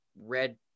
red